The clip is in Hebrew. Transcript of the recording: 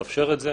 לאפשר את זה,